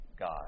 God